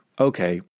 Okay